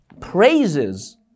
praises